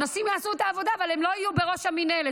שנשים יעשו את העבודה אבל הן לא היו בראש המינהלת,